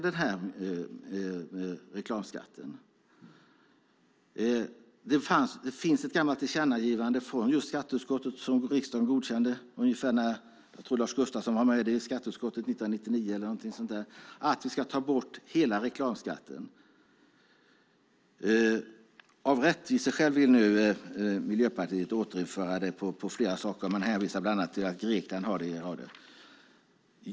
Det finns ett gammalt tillkännagivande från skatteutskottet som riksdagen godkände 1999, tror jag, om att hela reklamskatten ska tas bort. Jag tror att Lars Gustafsson var med då. Av rättviseskäl vill Miljöpartiet återinföra den på flera saker. Man hänvisar bland annat till att Grekland har det. Fru talman!